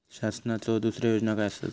शासनाचो दुसरे योजना काय आसतत?